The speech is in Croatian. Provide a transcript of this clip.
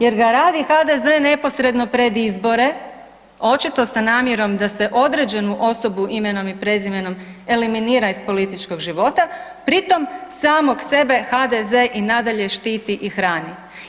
Jer ga radi HDZ neposredno pred izbore, očito sa namjerom da se određenu osobu imenom i prezimenom eliminira iz političkog života, pri tom samog sebe HDZ i nadalje štiti i hrani.